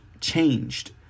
changed